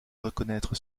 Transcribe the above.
reconnaître